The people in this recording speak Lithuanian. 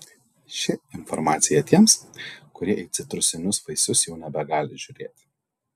ši informacija tiems kurie į citrusinius vaisius jau nebegali žiūrėti